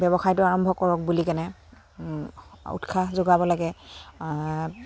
ব্যৱসায়টো আৰম্ভ কৰক বুলি কেনে উৎসাহ যোগাব লাগে